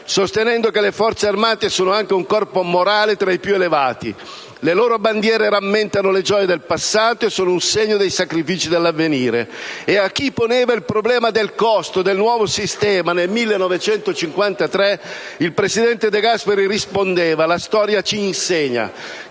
sostenendo che: «Le Forze armate sono anche un corpo morale tra i più elevati (...). Le loro bandiere rammentano le gioie del passato e sono un segno dei sacrifici dell'avvenire». E a chi poneva il problema del costo del nuovo sistema, nel 1953 il presidente De Gasperi rispondeva: «La storia ci insegna